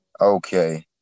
Okay